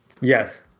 yes